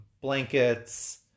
blankets